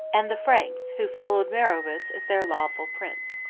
and the franks who followed meroveus as their lawful prince.